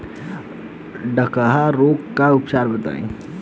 डकहा रोग के उपचार बताई?